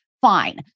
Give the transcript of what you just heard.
fine